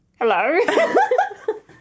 Hello